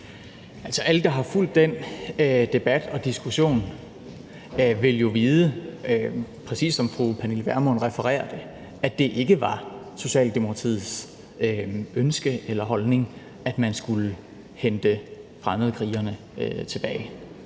alle, der har fulgt den debat og diskussion, vil jo vide, præcis som fru Pernille Vermund refererer, at det ikke var Socialdemokratiets ønske eller holdning, at man skulle hente fremmedkrigerne tilbage.